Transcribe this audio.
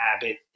habit